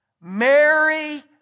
Mary